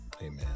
Amen